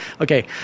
Okay